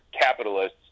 capitalists